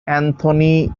anthony